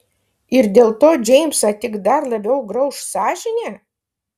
ir dėl to džeimsą tik dar labiau grauš sąžinė